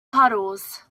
puddles